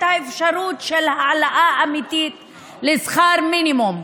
האפשרות של העלאה אמיתית של שכר המינימום.